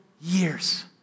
years